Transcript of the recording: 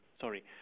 sorry